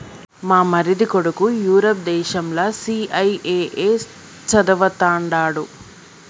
మా మరిది కొడుకు యూరప్ దేశంల సీఐఐఏ చదవతండాడు